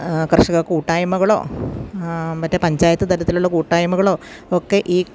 കർഷക കൂട്ടായ്മകളോ മറ്റ് പഞ്ചായത്ത് തലത്തിലുള്ള കൂട്ടായ്മകളോ ഒക്കെ ഈ